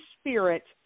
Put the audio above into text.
Spirit